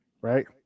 right